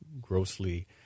grossly